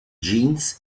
jeans